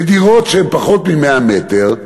בדירות שהן פחות מ-100 מ"ר.